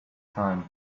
time